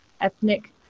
ethnic